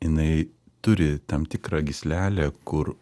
inai turi tam tikrą gyslelę kur